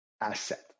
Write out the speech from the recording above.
asset